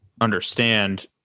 understand